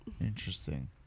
interesting